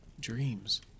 dreams